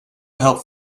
help